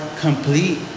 complete